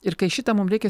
ir kai šitą mum reikia